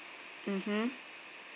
mmhmm